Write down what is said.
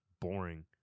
boring